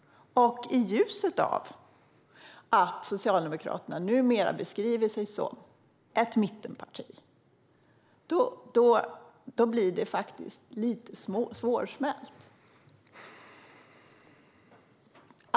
I ljuset av att Socialdemokraterna numera beskriver sig som ett mittenparti blir detta faktiskt lite svårsmält.